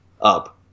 up